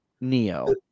Neo